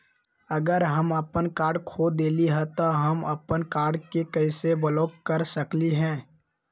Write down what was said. अगर हम अपन कार्ड खो देली ह त हम अपन कार्ड के कैसे ब्लॉक कर सकली ह?